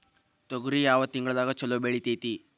ತೊಗರಿ ಯಾವ ತಿಂಗಳದಾಗ ಛಲೋ ಬೆಳಿತೈತಿ?